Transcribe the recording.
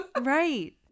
Right